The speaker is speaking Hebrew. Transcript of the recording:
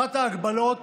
אחת ההגבלות